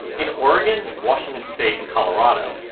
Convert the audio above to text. in oregon, washington state and colorado,